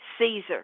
Caesar